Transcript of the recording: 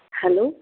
hello